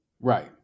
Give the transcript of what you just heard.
Right